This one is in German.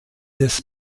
des